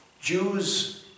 Jews